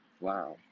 Wow